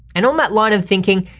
and on that line of thinking,